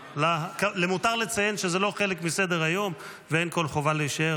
למותר לציין שזה לא חלק מסדר-היום ואין כל חובה להישאר,